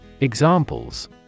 Examples